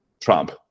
Trump